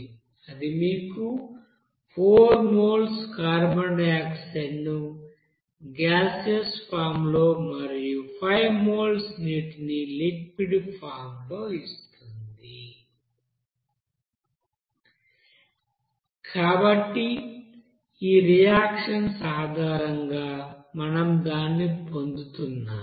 అది మీకు 4 moles carbon dioxide ను గాసీయోస్ ఫామ్ లో మరియు 5 మోల్స్ నీటిని లిక్విడ్ ఫామ్ లో ఇస్తుంది కాబట్టి ఈ రియాక్షన్స్ ఆధారంగా మనం దాన్ని పొందుతున్నాము